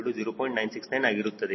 969 ಆಗುತ್ತದೆ